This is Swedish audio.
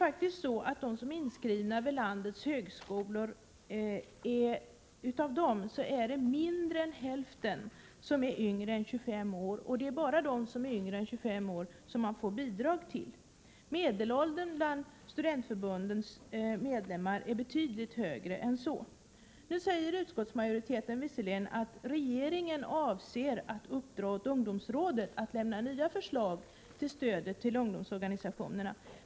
Av dem som är inskrivna vid landets högskolor är faktiskt mindre än hälften yngre än 25 år. Och det är ju bara de som är under 25 år som man får bidrag för. Medelåldern bland studentförbundens medlemmar är betydligt högre än 25 år. Utskottsmajoriteten säger visserligen att regeringen avser att uppdra åt ungdomsrådet att lämna nya förslag beträffande stödet till ungdomsorganisationerna.